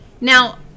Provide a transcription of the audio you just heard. Now